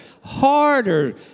harder